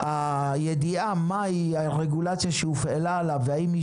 הידיעה מהי הרגולציה שהופעלה עליו ואם היא